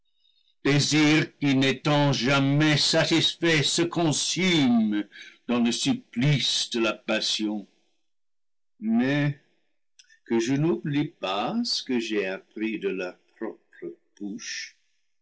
qui n'étant jamais satisfait se consume dans le supplice de la passion mais que je n'oublie pas ce que j'ai appris de leur propre